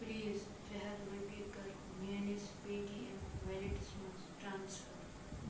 please ترٛےٚ ہَتھ رۄپیہِ کر میٲنِس پے ٹی ایٚم ویلٹس مَنٛز ٹرانسفر